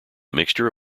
mixture